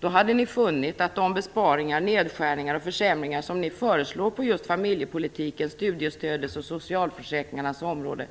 Då hade ni funnit att de besparingar, nedskärningar och försämringar som ni föreslår på just familjepolitikens, studiestödets och socialförsäkringarnas område